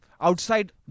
outside